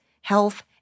health